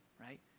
Right